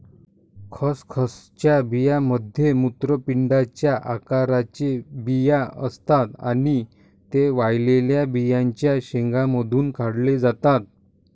खसखसच्या बियांमध्ये मूत्रपिंडाच्या आकाराचे बिया असतात आणि ते वाळलेल्या बियांच्या शेंगांमधून काढले जातात